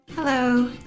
Hello